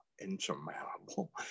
insurmountable